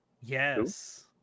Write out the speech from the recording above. Yes